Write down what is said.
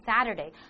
Saturday